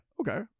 okay